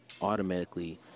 automatically